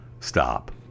Stop